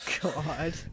God